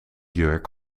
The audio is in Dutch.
jurk